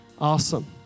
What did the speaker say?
Awesome